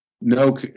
no